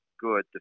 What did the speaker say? good